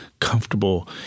comfortable